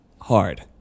hard